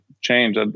change